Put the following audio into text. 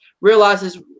realizes